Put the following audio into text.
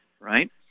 right